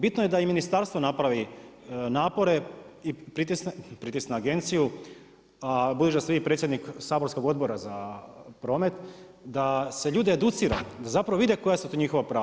Bitno je da i ministarstvo napravi napore i pritisne agenciju a budući da ste vi predsjednik saborskog Odbora za promet da se ljude educira da zapravo vide koja su to njihova prava.